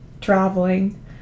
traveling